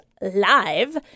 live